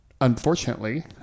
unfortunately